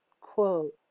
quote